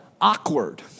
awkward